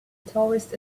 tourist